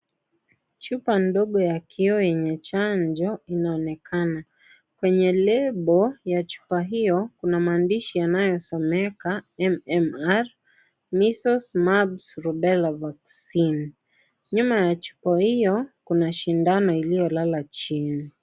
Chupa ndogo ya kioo yenye chanjo inaonekana, kwenye lebo ya chupa hiyo kuna maandishi yanayosomeka MMR measles Mumps Rubella Vaccine ,nyuma ya chupa hiyo kuna sindano iliyo lala chini.